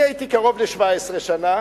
אני הייתי קרוב ל-17 שנה,